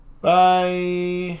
Bye